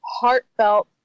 heartfelt